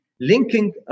linking